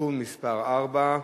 (תיקון מס' 4,